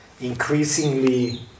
increasingly